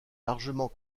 largement